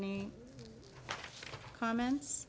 any comments